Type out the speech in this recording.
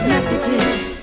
messages